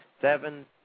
seven